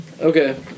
Okay